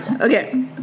okay